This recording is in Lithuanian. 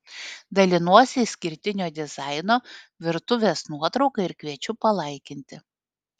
dalinuosi išskirtinio dizaino virtuvės nuotrauka ir kviečiu palaikinti